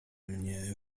mnie